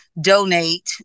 donate